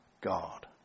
God